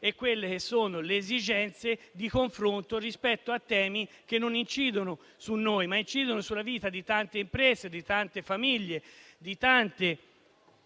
le proposte e le esigenze di confronto rispetto a temi che non incidono su di noi, ma sulla vita di tante imprese, di tante famiglie, di tanti